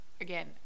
again